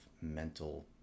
mental